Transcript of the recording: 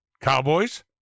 Cowboys